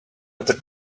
other